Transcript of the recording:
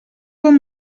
bon